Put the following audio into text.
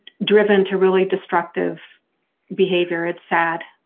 driven to really destructive behavior, it's sad.